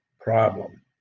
problem